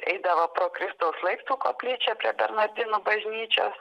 eidavo pro kristaus laiptų koplyčią prie bernardinų bažnyčios